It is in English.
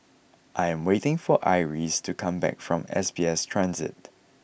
I am waiting for Iris to come back from S B S Transit